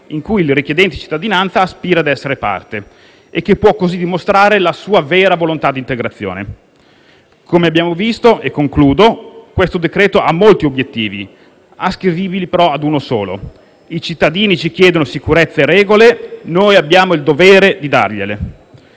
di cui il richiedente cittadinanza aspira ad essere parte e che può così dimostrare la sua vera volontà d'integrazione. Come abbiamo visto, e concludo, questo decreto-legge ha molti obiettivi, ascrivibili però ad uno solo: i cittadini ci chiedono sicurezza e regole e noi abbiamo il dovere di dargliele.